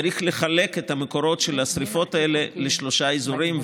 צריך לחלק את המקורות של השרפות האלה לשלושה אזורים,